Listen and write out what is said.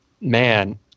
man